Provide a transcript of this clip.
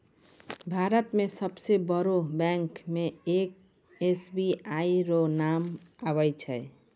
भारत मे सबसे बड़ो बैंक मे एस.बी.आई रो नाम आबै छै